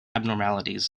abnormalities